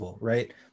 right